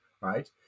right